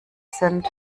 sind